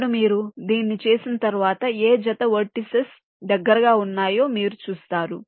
ఇప్పుడు మీరు దీన్ని చేసిన తర్వాత ఏ జత వెర్టిసిన్ దగ్గరగా ఉన్నాయో మీరు చూస్తారు